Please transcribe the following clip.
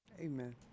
Amen